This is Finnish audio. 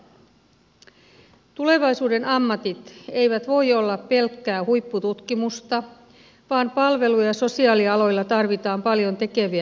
tulevaisuuden ammatit eivät voi olla pelkkää huippututkimusta vaan palvelu ja sosiaalialoilla tarvitaan paljon tekeviä käsiä